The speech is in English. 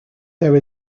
there